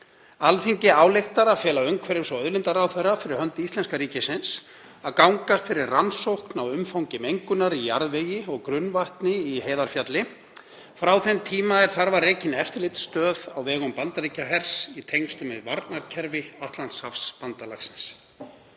„Alþingi ályktar að fela umhverfis- og auðlindaráðherra fyrir hönd íslenska ríkisins að gangast fyrir rannsókn á umfangi mengunar í jarðvegi og grunnvatni í Heiðarfjalli, frá þeim tíma er þar var rekin eftirlitsstöð á vegum Bandaríkjahers í tengslum við varnarkerfi Atlantshafsbandalagsins.